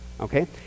Okay